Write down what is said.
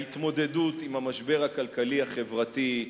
ההתמודדות עם המשבר הכלכלי-החברתי,